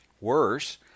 Worse